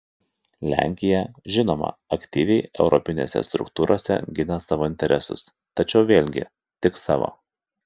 lenkija žinoma aktyviai europinėse struktūrose gina savo interesus tačiau vėlgi tik savo